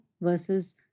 versus